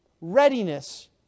readiness